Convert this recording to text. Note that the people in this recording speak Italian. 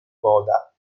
moda